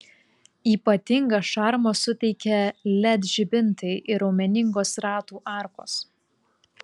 ypatingą šarmą suteikia led žibintai ir raumeningos ratų arkos